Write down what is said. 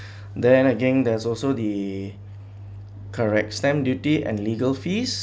then again there is also the correct stamp duty and legal fees